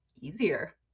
easier